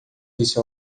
disse